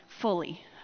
fully